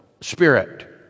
spirit